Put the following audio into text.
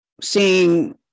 seeing